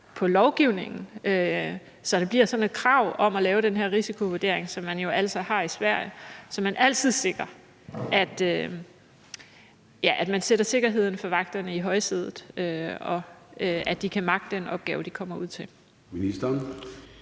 på lovgivningen, så der bliver et krav om at lave den her risikovurdering, som man jo altså har i Sverige, så man altid sikrer, at man sætter sikkerheden for vagterne i højsædet, og at de kan magte den opgave, de kommer ud til?